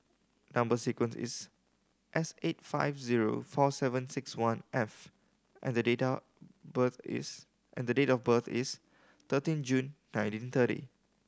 number sequence is S eight five zero four seven six one F and the data birth is and the date of birth is thirteen June nineteen thirty